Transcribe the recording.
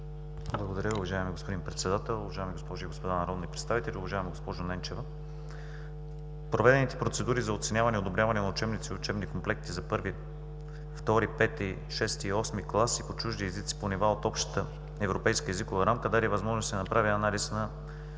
Благодаря, уважаеми господин Председател Уважаеми госпожи и господа народни представители! Уважаема госпожо Ненчева, проведените процедури за оценяване и одобряване на учебници и учебни комплекти за първи, втори, пети, шести и осми клас и по чужди езици, по нива от общата европейска езикова рамка, даде възможност да се направи анализ на